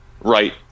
right